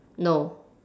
no